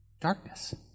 Darkness